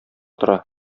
тора